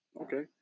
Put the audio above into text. Okay